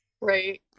right